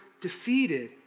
defeated